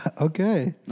Okay